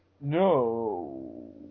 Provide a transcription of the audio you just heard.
No